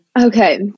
Okay